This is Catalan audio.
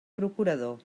procurador